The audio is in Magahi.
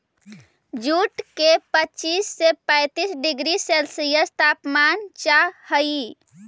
जूट के पच्चीस से पैंतीस डिग्री सेल्सियस तापमान चाहहई